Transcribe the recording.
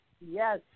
Yes